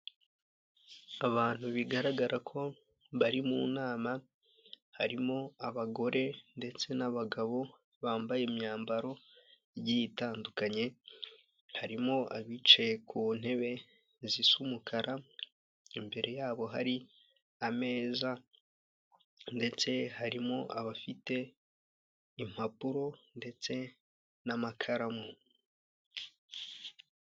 Abantu bigaragara ko bari mu nama harimo abagore, ndetse n'abagabo bambaye imyambaro igiye itandukanye harimo abicaye ku ntebe zisa umukara imbere yabo hari ameza ndetse harimo abafite impapuro ndetse n'amakaramu.